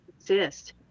exist